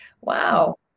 wow